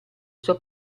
suo